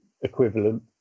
equivalent